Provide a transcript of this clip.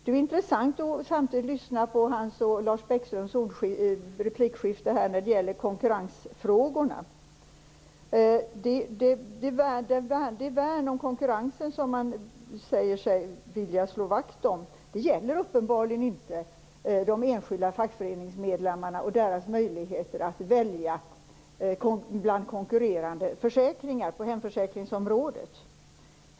Det är intressant att samtidigt lyssna på hans och Lars Bäckströms replikskifte när det gäller konkurrensfrågorna. Det värn om konkurrensen som man säger sig stå för gäller uppenbarligen inte de enskilda fackföreningsmedlemmarna och deras möjligheter att välja bland konkurrerande försäkringar på hemförsäkringsområdet.